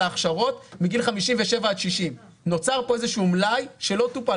ההכשרות מגיל 57 עד 60. נוצר כאן איזשהו מלאי שלא טופל.